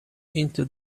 into